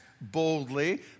boldly